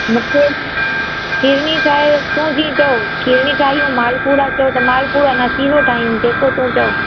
मिठे में खीरणी ठाहि तूं जीअं चओ खीरणी ठाहियूं माल पुड़ा चओ त माल पुड़ा न सीरो ठाहियूं जेको तूं चओ